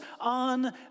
on